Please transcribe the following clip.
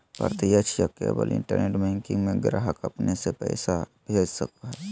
प्रत्यक्ष या केवल इंटरनेट बैंकिंग में ग्राहक अपने से पैसा भेज सको हइ